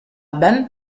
band